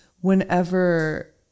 Whenever